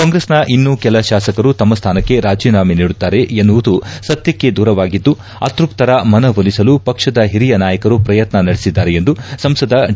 ಕಾಂಗ್ರೆಸ್ನ ಇನ್ನೂ ಕೆಲ ತಾಸಕರು ತಮ್ಮ ಸ್ಥಾನಕ್ಕೆ ರಾಜಿನಾಮೆ ನೀಡುತ್ತಾರೆ ಎನ್ನುವುದು ಸತ್ಯಕ್ಷೆ ದೂರವಾಗಿದ್ದು ಅತೃಪ್ತರ ಮನವೊಲಿಸಲು ಪಕ್ಷದ ಹಿರಿಯ ನಾಯಕರು ಪ್ರಯತ್ನ ನಡೆಸಿದ್ದಾರೆ ಎಂದು ಸಂಸದ ಡಿ